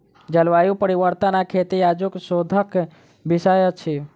जलवायु परिवर्तन आ खेती आजुक शोधक विषय अछि